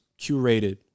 curated